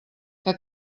que